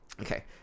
Okay